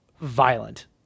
violent